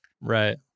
Right